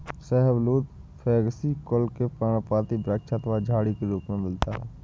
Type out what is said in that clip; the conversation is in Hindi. शाहबलूत फैगेसी कुल के पर्णपाती वृक्ष अथवा झाड़ी के रूप में मिलता है